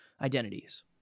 identities